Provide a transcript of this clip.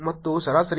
38 ಆಗಿದೆ